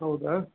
ಹೌದಾ